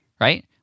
right